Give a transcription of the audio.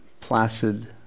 placid